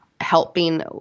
helping